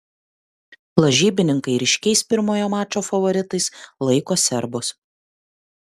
lažybininkai ryškiais pirmojo mačo favoritais laiko serbus